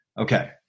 Okay